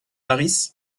harris